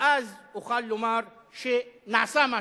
ואז אוכל לומר שנעשה משהו.